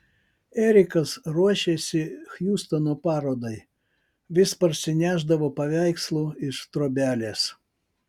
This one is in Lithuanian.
erikas ruošėsi hjustono parodai vis parsinešdavo paveikslų iš trobelės